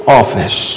office